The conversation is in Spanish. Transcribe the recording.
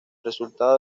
resultado